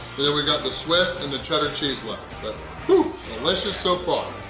and then we've got the swiss and the cheddar cheese left but delicious so far!